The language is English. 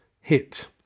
hit